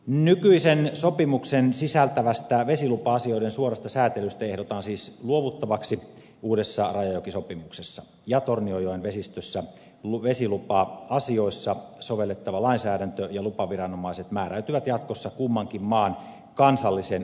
nykyisen sopimuksen sisältämästä vesilupa asioiden suorasta säätelystä ehdotetaan siis luovuttavaksi uudessa rajajokisopimuksessa ja tornionjoen vesistössä vesilupa asioissa sovellettava lainsäädäntö ja lupaviranomaiset määräytyvät jatkossa kummankin maan kansallisen oikeusjärjestelmän perusteella